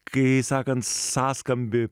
kai sakant sąskambį